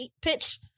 pitch